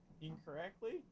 incorrectly